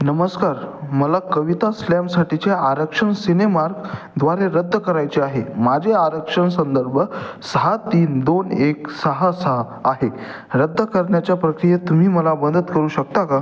नमस्कार मला कविता स्लॅमसाठीचे आरक्षण सिनेमार्क द्वारे रद्द करायचे आहे माझे आरक्षण संदर्भ सहा तीन दोन एक सहा सहा आहे रद्द करण्याच्या प्रक्रियेत तुम्ही मला मदत करू शकता का